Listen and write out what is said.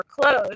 closed